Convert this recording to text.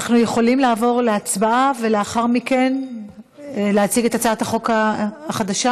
אנחנו יכולים לעבור להצבעה ולאחר מכן להציג את הצעת החוק החדשה?